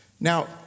Now